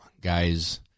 guys